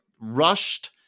rushed